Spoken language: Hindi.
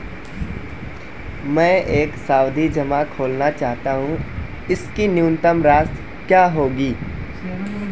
मैं एक सावधि जमा खोलना चाहता हूं इसकी न्यूनतम राशि क्या है?